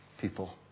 people